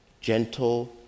Gentle